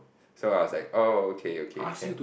so I was like oh okay okay can